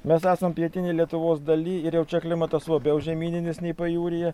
mes esam pietinėj lietuvos daly ir jau čia klimatas labiau žemyninis nei pajūryje